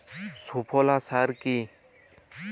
সুফলা সার কি?